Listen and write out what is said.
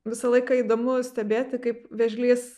visą laiką įdomu stebėti kaip vėžlys